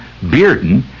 Bearden